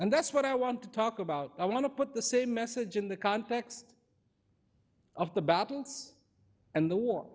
and that's what i want to talk about i want to put the same message in the context of the baboons and the war